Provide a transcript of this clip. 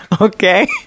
Okay